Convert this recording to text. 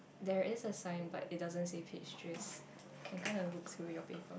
there is a sign but it doesn't say peach trees you can kind of look through your paper